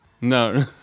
No